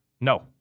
No